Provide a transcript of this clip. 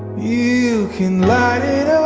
you can light it